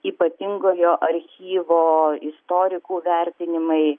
ypatingojo archyvo istorikų vertinimai